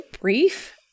brief